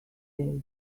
days